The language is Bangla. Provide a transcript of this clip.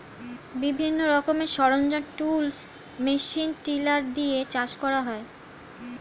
বিভিন্ন রকমের সরঞ্জাম, টুলস, মেশিন টিলার দিয়ে চাষ করা হয়